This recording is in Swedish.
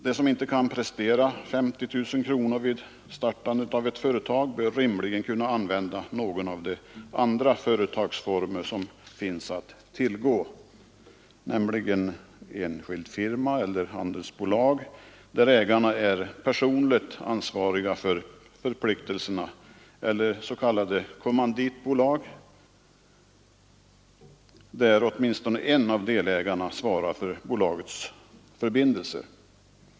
De som inte kan prestera 50 000 kronor vid startandet av ett företag bör rimligen kunna använda någon av de andra företagsformer som finns att tillgå, nämligen enskild firma eller handelsbolag, där ägarna är personligen ansvariga för förpliktelserna, eller s.k. kommanditbolag, där åtminstone en av delägarna svarar för bolagets förbindelser.